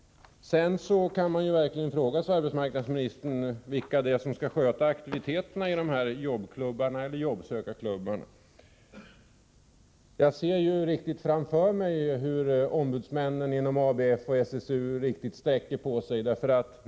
Man kan verkligen fråga sig vilka som skall sköta aktiviteterna i dessa jobbsökarklubbar. Jag ser framför mig hur ombudsmännen inom ABF och SSU sträcker på sig riktigt ordentligt.